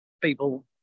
people